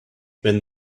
when